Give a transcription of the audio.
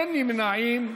אין נמנעים.